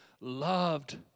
loved